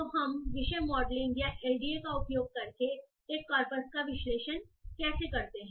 तो हम विषय मॉडलिंग या एलडीए का उपयोग करके एक कॉर्पस का विश्लेषण कैसे करते हैं